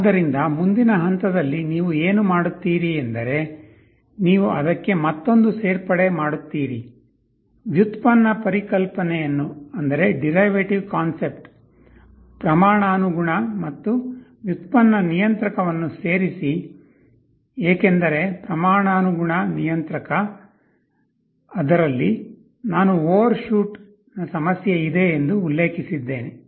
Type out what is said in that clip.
ಆದ್ದರಿಂದ ಮುಂದಿನ ಹಂತದಲ್ಲಿ ನೀವು ಏನು ಮಾಡುತ್ತೀರಿ ಎಂದರೆ ನೀವು ಅದಕ್ಕೆ ಮತ್ತೊಂದು ಸೇರ್ಪಡೆ ಮಾಡುತ್ತೀರಿ ವ್ಯುತ್ಪನ್ನ ಪರಿಕಲ್ಪನೆಯನ್ನು ಪ್ರಮಾಣಾನುಗುಣ ಮತ್ತು ಡಿರೈವೆಟಿವ್ ನಿಯಂತ್ರಕವನ್ನು ಸೇರಿಸಿ ಏಕೆಂದರೆ ಪ್ರಮಾಣಾನುಗುಣ ನಿಯಂತ್ರಕದಲ್ಲಿ ನಾನು ಓವರ್ಶೂಟ್ನ ಸಮಸ್ಯೆ ಇದೆ ಎಂದು ಉಲ್ಲೇಖಿಸಿದ್ದೇನೆ